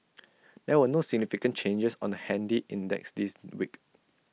there were no significant changes on the handy index this week